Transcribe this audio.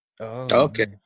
Okay